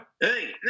Hey